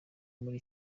muri